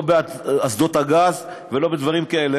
לא באסדות הגז ולא בדברים כאלה.